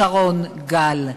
שרון גל?